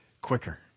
quicker